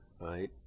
right